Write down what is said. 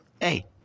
hey